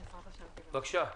בבקשה,